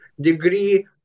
degree